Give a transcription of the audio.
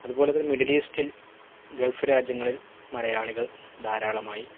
അതുപോലെതന്നെ മിഡിൽ ഈസ്റ്റിൽ ഗൾഫ് രാജ്യങ്ങളിൽ മലയാളികൾ ധാരാളമായി